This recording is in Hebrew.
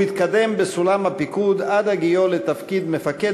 הוא התקדם בסולם הפיקוד עד הגיעו לתפקיד מפקד